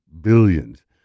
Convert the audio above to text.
billions